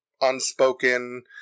unspoken